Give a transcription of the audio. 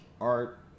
art